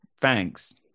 thanks